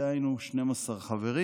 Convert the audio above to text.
דהיינו 12 חברים.